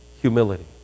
humility